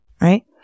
right